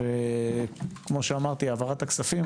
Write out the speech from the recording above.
וכמו שאמרתי העברת הכספים,